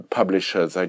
publishers